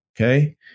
Okay